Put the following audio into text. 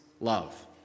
love